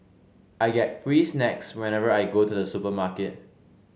I get free snacks whenever I go to the supermarket